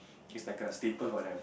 is like a staple for them